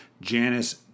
Janice